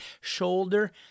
shoulder